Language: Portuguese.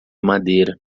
madeira